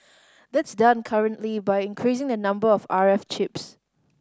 that's done currently by increasing the number of R F chips